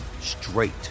straight